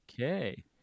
Okay